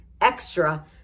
extra